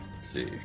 see